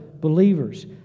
believers